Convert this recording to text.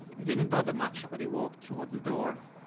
it didn't bother much, but he walked towards the door.